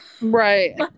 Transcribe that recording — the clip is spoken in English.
Right